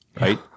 right